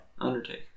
Undertaker